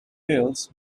bills